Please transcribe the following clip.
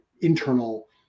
internal